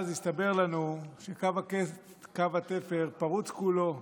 אז הסתבר לנו שקו התפר פרוץ כולו.